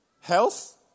Health